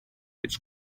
its